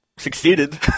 succeeded